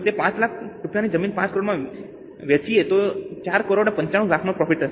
તો 5 લાખ રૂપિયાની જમીન 5 કરોડમાં વેચીએ તો 4 કરોડ 95 લાખનો પ્રોફિટ થશે